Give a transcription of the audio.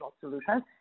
solutions